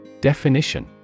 Definition